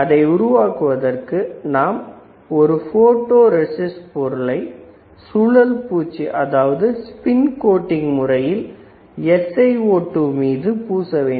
அதை உருவாக்குவதற்காக நாம் ஒரு போட்டோ ரெஸிஸ்ட் பொருளை சுழல் பூச்சு முறையில் SiO2 மீது பூச வேண்டும்